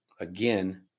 Again